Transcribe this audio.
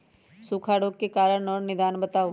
सूखा रोग के कारण और निदान बताऊ?